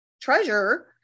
treasure